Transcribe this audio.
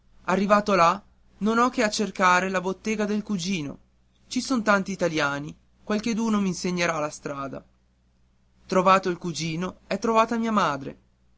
arrivato là non ho che a cercare la bottega del cugino ci sono tanti italiani qualcheduno m'insegnerà la strada trovato il cugino e trovata mia madre